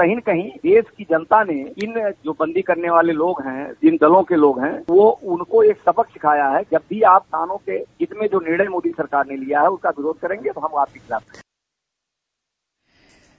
कही कहीं इन देश की जनता ने इन जो बंदी करने वाले लोग है इन दलों के लोग है वह उनको एक सबक सिखाया है जब भी आप किसानों के हित में निर्णय जो मोदी सरकार ने लिया है उसका विरोध करेंगे तो हम आपके खिलाफ है